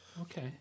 Okay